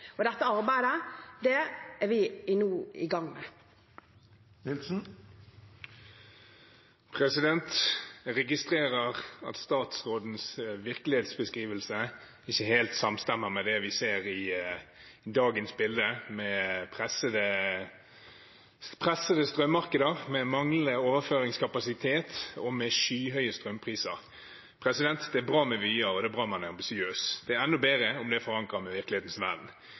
Dette arbeidet er vi nå i gang med. Jeg registrerer at statsrådens virkelighetsbeskrivelse ikke helt samstemmer med det vi ser i dagens bilde med pressede strømmarkeder, manglende overføringskapasitet og skyhøye strømpriser. Det er bra med vyer, og det er bra man er ambisiøs. Det er enda bedre om det er forankret i virkelighetens